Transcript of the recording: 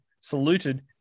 saluted